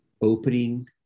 opening